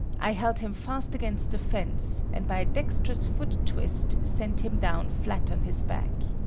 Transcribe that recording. i held him fast against the fence, and by a dexterous foot twist sent him down flat on his back.